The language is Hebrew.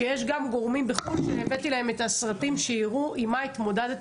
יש גם גורמים בחו"ל שהבאתי להם את הסרטונים כדי שיראו עם מה התמודדתם.